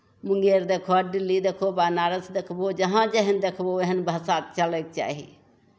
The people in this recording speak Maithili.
मुंगेर देखबौ दिल्ली देखबौ बनारस देखबौ जहाँ जेहन देखबौ ओहन भाषा चलैके चाही